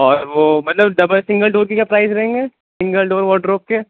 اور وہ مطلب ڈبل سنگل ڈور کی کیا پرائز رہیں گے سنگل ڈور وورڈروپ کے